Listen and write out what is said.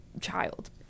child